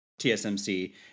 tsmc